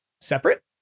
separate